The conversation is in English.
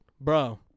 Bro